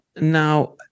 Now